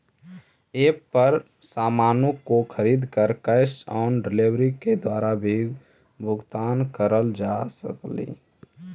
app पर सामानों को खरीद कर कैश ऑन डिलीवरी के द्वारा भी भुगतान करल जा सकलई